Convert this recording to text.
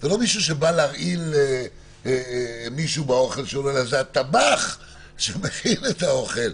מישהו שבא להרעיל מישהו באוכל שלו אלא זה הטבח שמכין את האוכל,